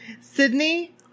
Sydney